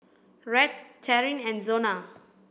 Rhett Taryn and Zona